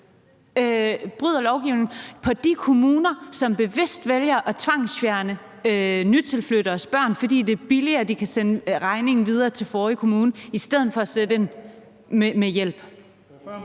bryder lovgivningen, og på de kommuner, som bevidst vælger at tvangsfjerne nytilflytteres børn, fordi det er billigere og de kan sende regningen videre til den tidligere kommune i stedet for at sætte ind med hjælp.